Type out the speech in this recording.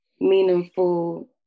meaningful